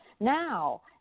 Now